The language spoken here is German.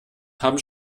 haben